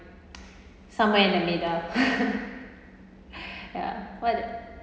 some where in the middle ya what's that